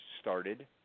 started